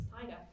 tiger